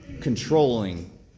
controlling